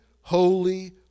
holy